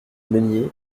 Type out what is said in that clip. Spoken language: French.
meuniers